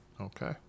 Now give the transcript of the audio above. Okay